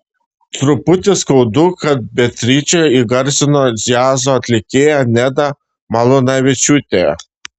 truputį skaudu kad beatričę įgarsino džiazo atlikėja neda malūnavičiūtė